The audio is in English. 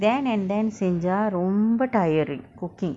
then and then செஞ்சா ரொம்ப:senja romba tiring cooking